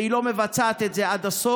והיא לא מבצעת את זה עד הסוף: